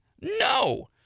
No